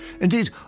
Indeed